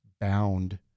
bound